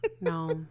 No